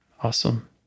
Awesome